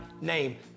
name